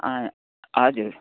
अँ हजुर